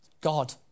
God